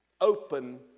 Open